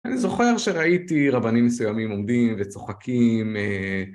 אני זוכר שראיתי רבנים מסוימים עומדים וצוחקים